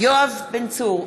יואב בן צור,